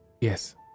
Yes